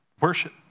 Worship